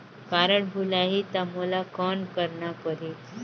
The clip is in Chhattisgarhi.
कारड भुलाही ता मोला कौन करना परही?